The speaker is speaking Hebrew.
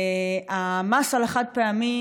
המס על החד-פעמי,